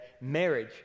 marriage